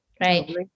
right